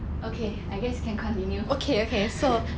okay I guess you can continue